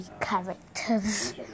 characters